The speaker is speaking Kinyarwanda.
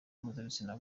mpuzabitsina